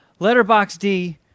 Letterboxd